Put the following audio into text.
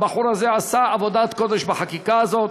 הבחור הזה עשה עבודת קודש בחקיקה הזאת.